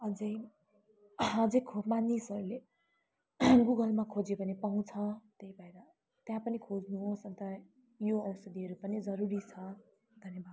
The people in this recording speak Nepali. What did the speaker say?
अझ खोइ मानिसहरूले गुगलमा खोज्यो भने पाउँछ त्यही भएर त्यहाँ पनि खोज्नु होस् अन्त यो औषधीहरू पनि जरुरी छ धन्यवाद